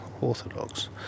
orthodox